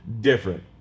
different